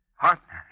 Partner